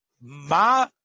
ma